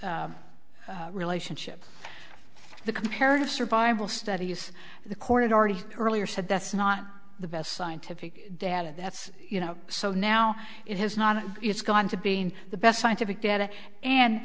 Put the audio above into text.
s relationship the comparative survival studies the court had already earlier said that's not the best scientific data that's you know so now it has not it's gone to being the best scientific data and